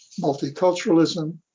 multiculturalism